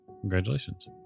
Congratulations